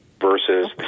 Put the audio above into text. versus